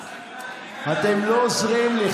אתם לא עוזרים לי.